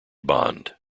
bond